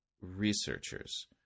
researchers